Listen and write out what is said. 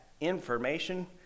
information